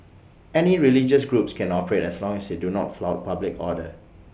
any religious groups can operate as long as they do not flout public order